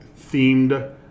themed